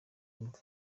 imva